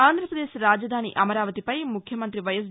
ఆంధ్రాప్రదేశ్ రాజధాని అమరావతిపై ముఖ్యమంత్రి వైఎస్